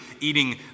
eating